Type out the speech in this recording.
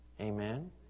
Amen